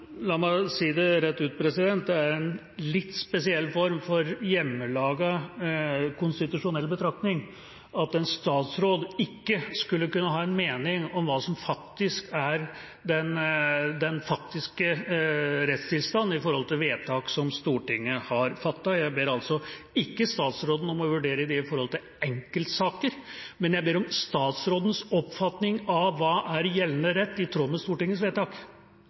La meg si det rett ut: Det er en litt spesiell form for hjemmelaget konstitusjonell betraktning at en statsråd ikke skal kunne ha en mening om hva som er den faktiske rettstilstand når det gjelder vedtak som Stortinget har fattet. Jeg ber altså ikke statsråden om å vurdere dette ut fra enkeltsaker, jeg ber om statsrådens oppfatning av hva som er gjeldende rett, i tråd med Stortingets vedtak.